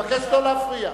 אבקש לא להפריע.